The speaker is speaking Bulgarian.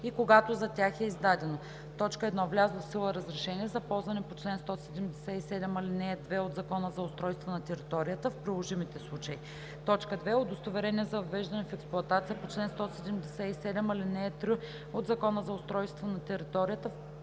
и когато за тях е издадено: 1. влязло в сила разрешение за ползване по чл. 177, ал. 2 от Закона за устройство на територията – в приложимите случаи; 2. удостоверение за въвеждане в експлоатация по чл. 177, ал. 3 от Закона за устройство на територията – в приложимите случаи;